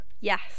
Yes